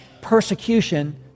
persecution